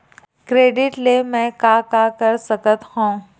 Credit ले मैं का का कर सकत हंव?